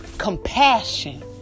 Compassion